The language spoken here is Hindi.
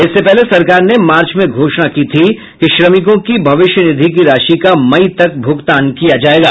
इससे पहले सरकार ने मार्च में घोषणा की थी कि श्रमिकों की भविष्य निधि की राशि का मई तक भुगतान किया जाएगा